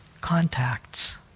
contacts